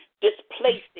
displacing